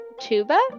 Tuba